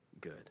good